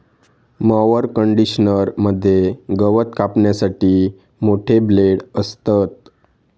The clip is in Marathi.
मॉवर कंडिशनर मध्ये गवत कापण्यासाठी मोठे ब्लेड असतत